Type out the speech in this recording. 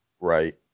right